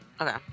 Okay